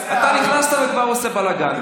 אתה נכנסת וכבר עושה בלגן.